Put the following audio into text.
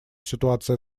ситуация